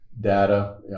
data